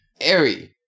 Airy